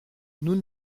nous